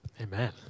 Amen